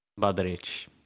Badrich